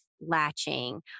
latching